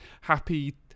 Happy